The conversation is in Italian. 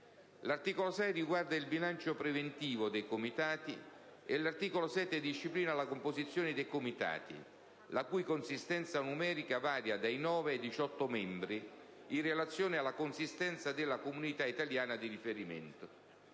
L'articolo 6 riguarda il bilancio preventivo dei Comitati e l'articolo 7 disciplina la composizione dei Comitati, la cui consistenza numerica varia da 9 a 18 membri, in relazione alla consistenza della comunità italiana di riferimento.